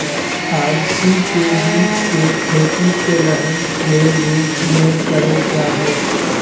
अलसी के बीज के खेती तेलहन के रूप मे करल जा हई